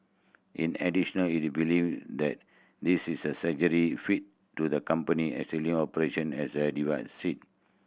in additional it believe that this is a fit to the company existing operation as it